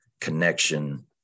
connection